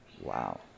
wow